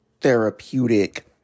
therapeutic